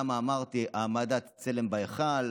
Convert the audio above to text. למה אמרתי: העמדת צלם בהיכל,